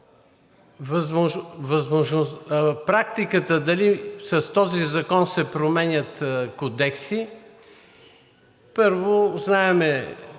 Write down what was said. практиката – дали с този закон се променят кодекси. Първо, знаем,